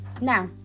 Now